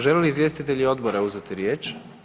Žele li izvjestitelji odbora uzeti riječ?